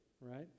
right